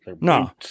No